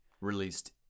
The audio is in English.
released